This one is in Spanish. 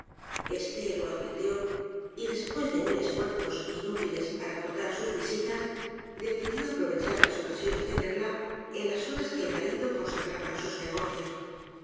este lo advirtió y después de mil esfuerzos inútiles para cortar sus visitas decidió aprovechar las ocasiones de verla en las horas que el marido consagraba á sus negocio